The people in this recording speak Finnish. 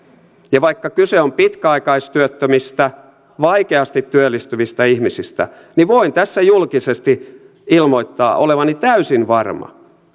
vaikka kyse on pitkäaikaistyöttömistä vaikeasti työllistyvistä ihmisistä niin voin tässä julkisesti ilmoittaa olevani täysin varma